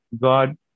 God